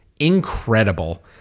incredible